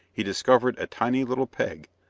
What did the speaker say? he discovered a tiny little peg,